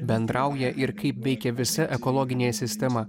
bendrauja ir kaip veikia visa ekologinė sistema